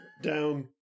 down